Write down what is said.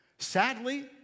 Sadly